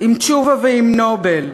עם תשובה ועם "נובל":